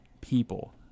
people